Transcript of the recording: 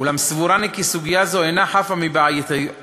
אולם סבורני כי סוגיה זו אינה חפה מבעייתיות,